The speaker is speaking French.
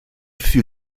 fut